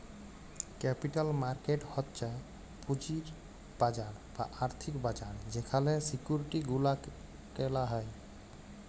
capital market হচ্ছ পুঁজির বাজার বা আর্থিক বাজার যেখালে সিকিউরিটি গুলা কেলা হ্যয়